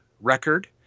record